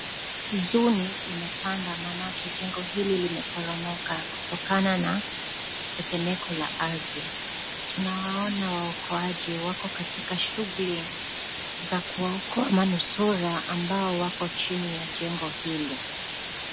Huzuni imetanda maana jengo hili limeporomoka kutokana na tetemeko la ardhi. Tunawaona waokoaji wako katika shughuli za kuwaokoa manusura ambao wako chini ya jengo hili.